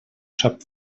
sap